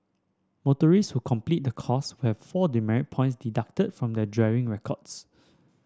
motorist who complete the course will have four demerit points deducted from their driving records